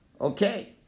Okay